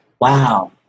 wow